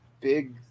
big